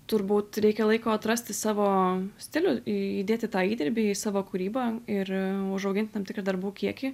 turbūt reikia laiko atrasti savo stilių įdėti tą įdirbį į savo kūrybą ir užauginti tam tikrą darbų kiekį